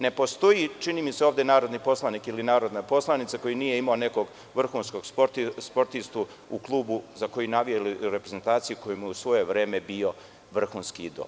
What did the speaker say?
Ne postoji ovde, čini mi se, narodni poslanik ili narodna poslanica koji nije imao nekog vrhunskog sportistu u klubu za koji navija ili reprezentaciju koji mu je u svoje vreme bio vrhunski idol.